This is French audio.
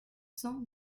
cents